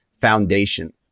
foundation